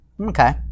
Okay